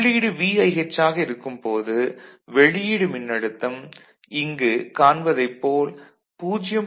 உள்ளீடு VIH ஆக இருக்கும் போது வெளியீடு மின்னழுத்தம் இங்கு காண்பதைப் போல் 0